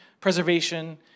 preservation